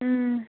ꯎꯝ